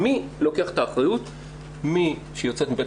מי לוקח את האחריות כשהיא יוצאת מבית